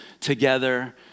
together